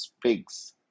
pigs